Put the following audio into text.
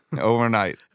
overnight